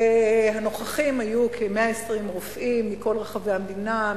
והנוכחים היו כ-120 רופאים מכל רחבי המדינה,